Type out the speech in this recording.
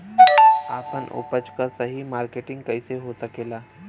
आपन उपज क सही मार्केटिंग कइसे हो सकेला?